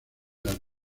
las